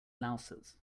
louses